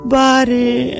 body